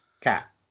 cat